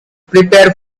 prepare